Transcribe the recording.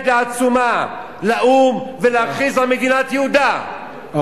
בעצומה לאו"ם ולהכריז על מדינת יהודה,